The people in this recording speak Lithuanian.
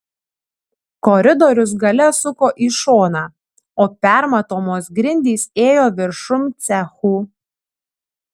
koridorius gale suko į šoną o permatomos grindys ėjo viršum cechų